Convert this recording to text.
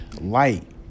light